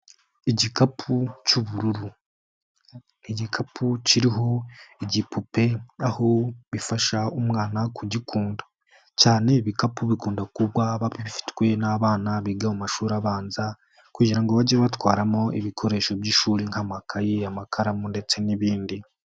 Igikapu cy'ubururu. Igikapu kiriho igipupe, aho bifasha umwana kugikunda. Cyane ibikapu bigomba kuba bifitwe n'abana biga mu mashuri abanza kugira ngo bajye batwaramo ibikoresho by'ishuri nk'amakaye, amakaramu ndetse n'ibindi.